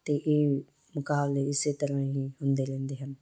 ਅਤੇ ਇਹ ਮੁਕਾਬਲੇ ਇਸ ਤਰ੍ਹਾਂ ਹੀ ਹੁੰਦੇ ਰਹਿੰਦੇ ਹਨ